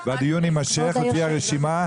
והדיון יימשך ותהיה רשימה.